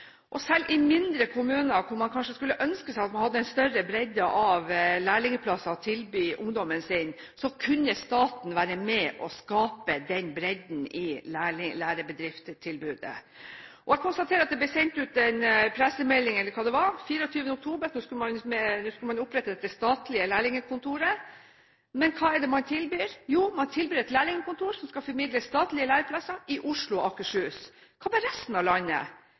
kanskje skulle ønske at man hadde større bredde av lærlingplasser å tilby ungdommen sin, kunne staten være med og skape den bredden i tilbudet av lærebedrifter. Jeg konstaterer at det ble sendt ut en pressemelding, eller hva det var, den 24. oktober. Da skulle man opprette det statlige lærlingkontoret. Men hva er det man tilbyr? Jo, man tilbyr et lærlingkontor som skal formidle statlige læreplasser i Oslo og Akershus. Hva med resten av landet?